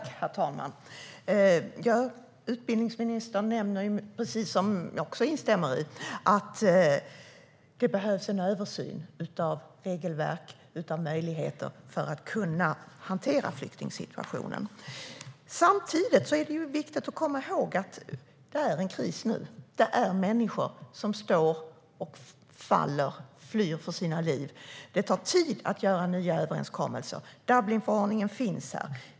Herr talman! Jag instämmer i det som utbildningsministern nämnde, nämligen att det behövs en översyn av regelverket och möjligheterna för att kunna hantera flyktingsituationen. Samtidigt är det viktigt att komma ihåg att det är en kris nu. Det är människor som står och faller och som flyr för sina liv. Det tar tid att göra nya överenskommelser. Dublinförordningen finns.